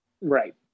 right